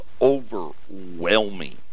overwhelming